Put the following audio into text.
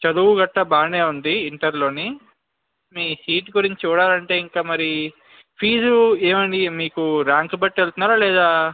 చదువు గట్రా బాగానే ఉంది ఇంటర్లోని మీ సీట్ గురించి చూడాలంటే ఇంక మరి ఫీజు ఏమండి మీరు ర్యాంక్ బట్టి వెళ్తున్నారా లేదా